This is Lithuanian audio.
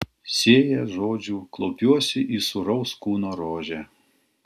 sėja žodžių klaupiuosi į sūraus kūno rožę